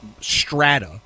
strata